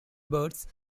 birds